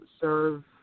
serve